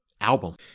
album